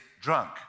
drunk